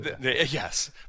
Yes